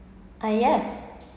ah yes